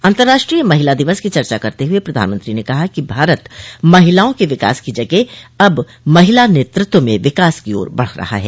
अंतर्राष्ट्रीय महिला दिवस की चर्चा करते हुए प्रधानमंत्री ने कहा कि भारत महिलाओं के विकास की जगह अब महिला नेतृत्व में विकास की ओर बढ़ रहा है